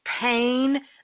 pain